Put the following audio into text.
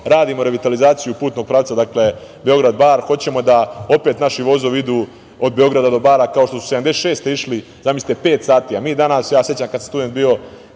Radimo revitalizaciju putnog pravca Beograd-Bar, hoćemo da opet naši vozovi idu od Beograda do Bara, kao što su 1976. godine išli, zamislite, pet sati, a mi danas, ja se sećam kad sam student bio,